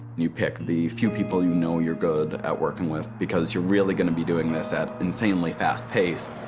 you pick the few people you know you're good at working with, because you're really gonna be doing this at insanely fast pace.